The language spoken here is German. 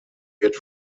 wird